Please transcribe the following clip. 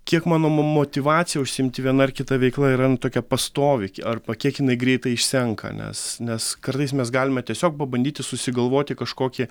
kiek mano motyvacija užsiimti viena ar kita veikla yra tokia pastovi arba kiek jinai greitai išsenka nes nes kartais mes galime tiesiog pabandyti susigalvoti kažkokią